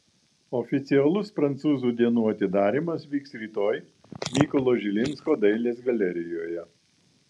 oficialus prancūzų dienų atidarymas vyks rytoj mykolo žilinsko dailės galerijoje